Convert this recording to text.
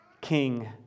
King